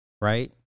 Right